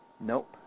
Nope